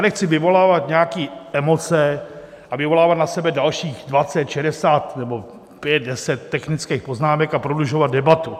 Nechci vyvolávat nějaké emoce a vyvolávat na sebe dalších 20, 60 nebo 5, 10 technických poznámek a prodlužovat debatu.